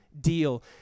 deal